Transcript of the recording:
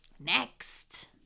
Next